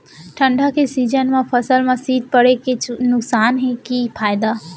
ठंडा के सीजन मा फसल मा शीत पड़े के नुकसान हे कि फायदा?